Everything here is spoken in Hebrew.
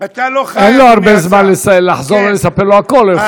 אין לו הרבה זמן לחזור ולספר לו הכול.